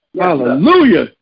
hallelujah